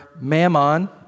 mammon